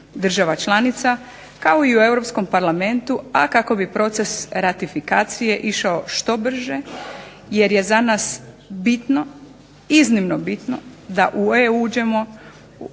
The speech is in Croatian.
država članica kao i u Europskom parlamentu, a kako bi proces ratifikacije išao što brže jer je za nas bitno, iznimno bitno da u EU uđemo